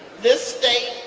this state,